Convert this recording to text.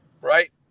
right